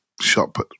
shop